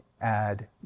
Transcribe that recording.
add